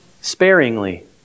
sparingly